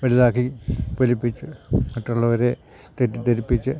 വലുതാക്കി പെരുപ്പിച്ച് മറ്റുള്ളവരെ തെറ്റിദ്ധരിപ്പിച്ച്